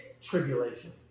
tribulation